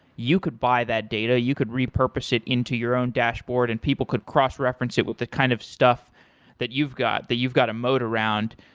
you could buy that data, you could repurpose it into your own dashboard and people could cross reference it with the kind of stuff that you've got, that you've got a moat around.